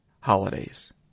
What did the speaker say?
holidays